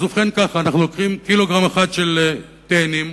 אז כך: לוקחים קילוגרם אחד של תאנים.